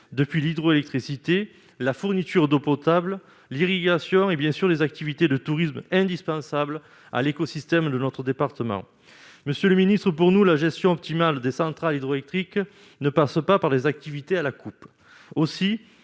depuis l'hydroélectricité, la fourniture d'eau potable, l'irrigation et bien sûr les activités de tourisme indispensables à l'écosystème de notre département, monsieur le Ministre, pour nous, la gestion optimale des centrales hydroélectriques ne passe pas par les activités à la coupe aussi,